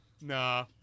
Nah